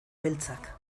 beltzak